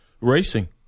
racing